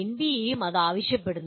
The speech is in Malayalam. എൻബിഎയും ഇത് ആവശ്യപ്പെടുന്നു